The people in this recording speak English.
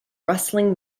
rustling